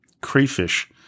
crayfish